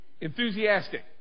Enthusiastic